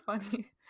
funny